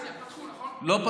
רק